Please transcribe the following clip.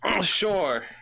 Sure